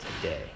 today